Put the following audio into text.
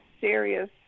serious